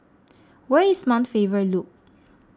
where is Mount Faber Loop